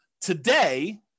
Today